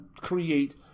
create